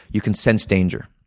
you can sense danger,